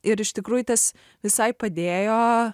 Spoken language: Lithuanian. ir iš tikrųjų tas visai padėjo